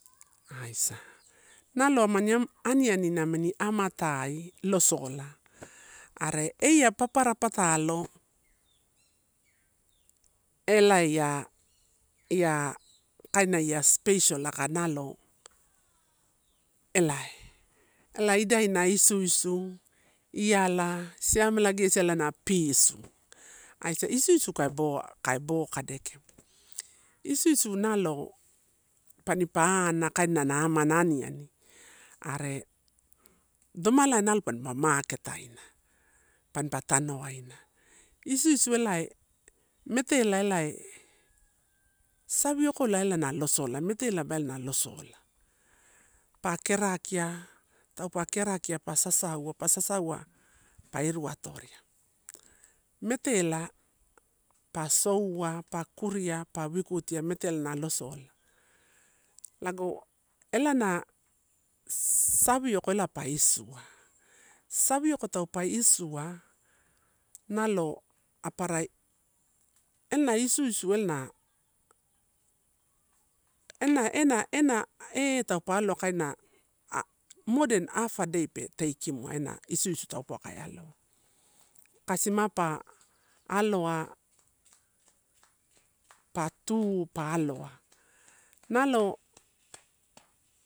Aisa, nalo amani niani namini amatai losola, are eia papara patalo, elai ia, ia kaina ia special aka nalo elaee, ela ida na isuisu, iala siamela gesi ela na pisu. Aisa isuisu ka bo, ka bo kadekia, isuisu nalo panipa ana kaina amana aniani. Are domalabalpane maketaina panpa tanoaina, isuisu elai, metela elaelae, saviokola ela na losola, metera ela ba na losola. Pa kerakia, taupe kerakia pa sasaua, pa sasaua pa iru atoria, metela pa soua, pa kuria, pa wikutia metela na losola lago elana savioko pa isua. Savioko taupe isua nalo aparai, isuisu ela na etaupa aloa kaina a more than half a day pe takekimua ena isuisu ena ena ena e taupauwa ka aloa, kaina mo than haf a dei pe takem ena isuisu isuisu po kaealo. Kasima pa aloa pa tu pa aloa. Nalo.